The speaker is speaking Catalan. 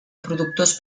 productors